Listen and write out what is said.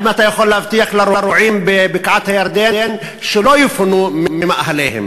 האם אתה יכול להבטיח לרועים בבקעת-הירדן שהם לא יפונו ממאהליהם?